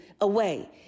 away